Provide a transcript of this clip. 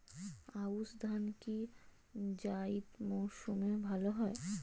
আউশ ধান কি জায়িদ মরসুমে ভালো হয়?